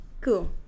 cool